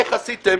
איך עשיתם